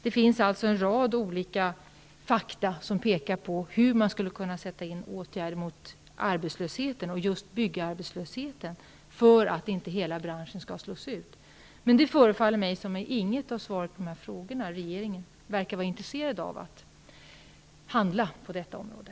Det finns alltså en rad olika fakta som visar vilka åtgärder man skulle kunna sätta in mot arbetslösheten -- och just byggarbetslösheten -- för att inte hela branschen skall slås ut. Men det förefaller mig -- den slutsatsen drar jag av svaren på frågorna -- som om regeringen inte var intresserad av att handla på detta område.